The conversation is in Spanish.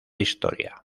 historia